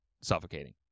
suffocating